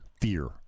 fear